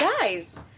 Guys